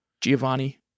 Giovanni